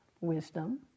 wisdom